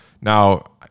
Now